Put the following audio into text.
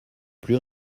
plus